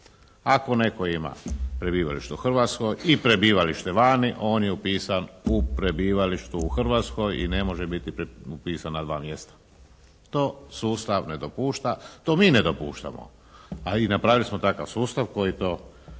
Ako netko ima prebivalište u Hrvatskoj i prebivalište vani on je upisan u prebivalištu u Hrvatskoj i ne može biti upisan na dva mjesta. To sustav ne dopušta. To mi ne dopuštamo. A i napravili smo takav sustav koji to